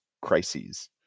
crises